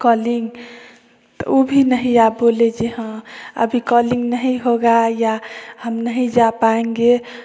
calling तो उभी नहीं आप बोले हैं अभी कॉल्लिंग नहीं होगा या हम नहीं जा पाएँगे